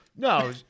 No